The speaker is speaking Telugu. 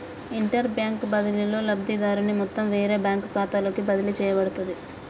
ఇంటర్బ్యాంక్ బదిలీలో, లబ్ధిదారుని మొత్తం వేరే బ్యాంకు ఖాతాలోకి బదిలీ చేయబడుతది